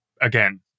again